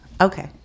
Okay